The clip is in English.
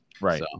Right